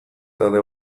talde